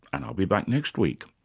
and i'll be back next week